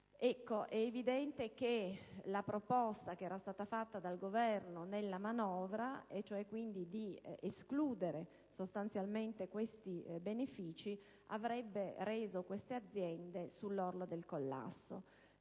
È evidente che la proposta che era stata fatta dal Governo nella manovra, volta ad escludere sostanzialmente tali benefici, avrebbe portato queste aziende sull'orlo del collasso.